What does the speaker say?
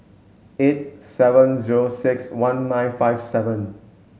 eight seven zero six one nine five seven